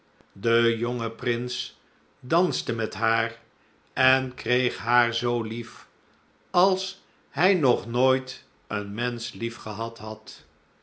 de jonge prins danste met haar en kreeg haar zoo lief als hij nog nooit een mensch lief gehad had